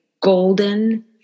golden